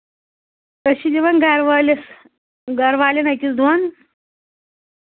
أسۍ چھِ دِوان گرٕ وٲلِس گرٕ والٮ۪ن أکِس دۄن